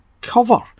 cover